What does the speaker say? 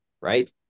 right